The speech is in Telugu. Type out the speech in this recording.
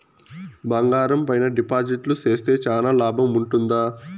బంగారం పైన డిపాజిట్లు సేస్తే చానా లాభం ఉంటుందా?